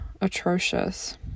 atrocious